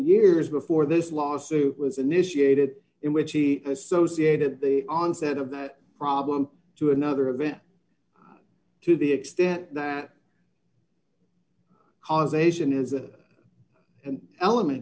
years before this lawsuit was initiated in which he associated the onset of that problem to another event to the extent that causation is that an element